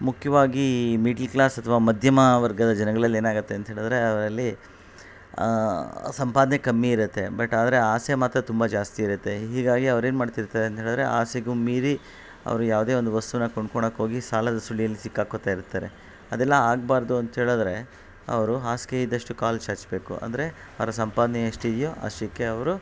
ಮುಖ್ಯವಾಗಿ middle class ಅಥ್ವಾ ಮಧ್ಯಮ ವರ್ಗದ ಜನಗಳಲ್ಲಿ ಏನಾಗುತ್ತೆ ಅಂತ್ಹೇಳಿದ್ರೆ ಅವರಲ್ಲಿ ಸಂಪಾದನೆ ಕಮ್ಮಿ ಇರುತ್ತೆ ಬಟ್ ಆದರೆ ಆಸೆ ಮಾತ್ರ ತುಂಬ ಜಾಸ್ತಿ ಇರುತ್ತೆ ಹೀಗಾಗಿ ಅವ್ರೇನು ಮಾಡ್ತಿರ್ತಾರಂತ್ಹೇಳಿದ್ರೆ ಆಸೆಗು ಮೀರಿ ಅವರು ಯಾವುದೆ ಒಂದು ವಸ್ತು ಕೊಂಡ್ಕೊಳೊಕ್ ಹೋಗಿ ಸಾಲದ ಸುಳಿಯಲ್ಲಿ ಸಿಕಾಕೊತ ಇರ್ತಾರೆ ಅದೆಲ್ಲ ಆಗಬಾರ್ದು ಅಂತ್ಹೇಳಿದ್ರೆ ಅವರು ಹಾಸಿಗೆ ಇದ್ದಷ್ಟು ಕಾಲು ಚಾಚಬೇಕು ಅಂದರೆ ಅವರ ಸಂಪಾದನೆ ಎಷ್ಟಿದೆಯೋ ಅಷ್ಟಕ್ಕೆ ಅವರು